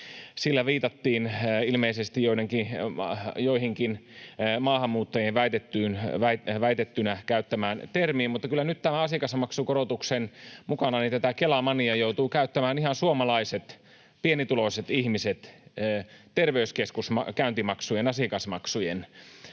Sillä viitattiin ilmeisesti johonkin maahanmuuttajien väitetysti käyttämään termiin. Mutta kyllä nyt tämän asiakasmaksukorotuksen mukana tätä Kela-moneya joutuvat käyttämään ihan suomalaiset, pienituloiset ihmiset terveyskeskuskäyntimaksujen, asiakasmaksujen,